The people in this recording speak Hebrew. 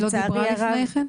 היא לא דיברה לפני כן?